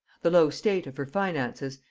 the low state of her finances,